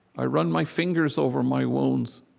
i run my fingers over my wounds.